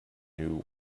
new